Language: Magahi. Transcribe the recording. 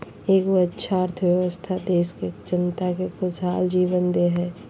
एगो अच्छा अर्थव्यवस्था देश के जनता के खुशहाल जीवन दे हइ